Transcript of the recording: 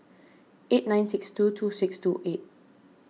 eight nine six two two six two eight